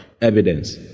evidence